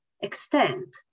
extend